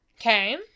Okay